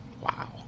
wow